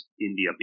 India